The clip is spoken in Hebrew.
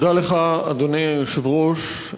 אדוני היושב-ראש,